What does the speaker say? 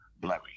blurry